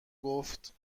گفت